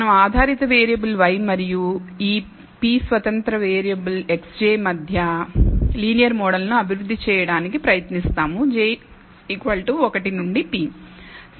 మనం ఆధారిత variable y మరియు ఈ p స్వతంత్ర వేరియబుల్ x j మధ్య లీనియర్ మోడల్ ను అభివృద్ధి చేయడానికి ప్రయత్నిస్తాము j 1 నుండి p